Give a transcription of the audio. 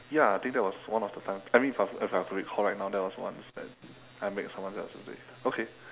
ya I think that was one of the time I mean if I have if I have to recall right now that was once I make someone I made someone else's day okay